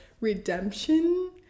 redemption